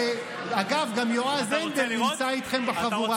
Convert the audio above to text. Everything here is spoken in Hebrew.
אגב, גם יועז הנדל נמצא איתכם בחבורה.